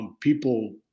People